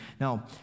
Now